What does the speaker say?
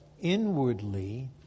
inwardly